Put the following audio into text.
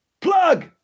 plug